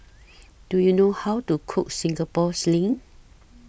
Do YOU know How to Cook Singapore Sling